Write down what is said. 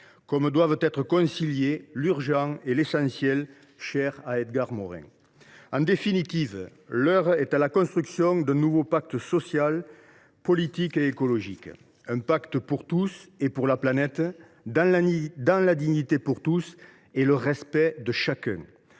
Comme doivent être conciliés « l’urgent » et « l’essentiel » chers à Edgar Morin. En définitive, l’heure est à la construction d’un nouveau pacte politique, social et écologique. Un pacte pour tous et pour la planète, dans la dignité de tous et le respect de chacun.